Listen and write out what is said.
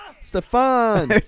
Stefan